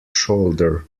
shoulder